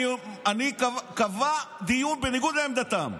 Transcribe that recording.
קבע דיון בניגוד לעמדתם.